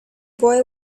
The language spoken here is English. boy